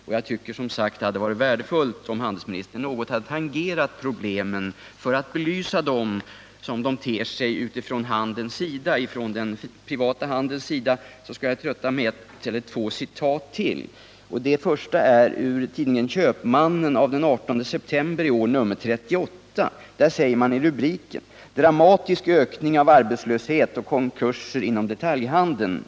Det hade som sagt varit värdefullt, om handelsministern något hade tangerat problemen. För att belysa hur de ter sig för den privata handeln skall jag trötta med ytterligare ett par citat. Det första citatet återfinns i tidningen Köpmannen av den 18 september i år, nr 38. Där står som rubrik ”Dramatisk ökning av arbetslöshet och konkurser inom detaljhandeln”.